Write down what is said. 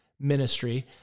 ministry